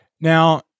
Now